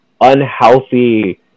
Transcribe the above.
unhealthy